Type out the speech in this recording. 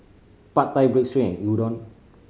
Pad Thai Breads and Udon